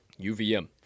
uvm